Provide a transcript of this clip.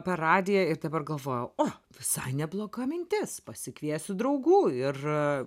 per radiją ir dabar galvoja o visai nebloga mintis pasikviesiu draugų ir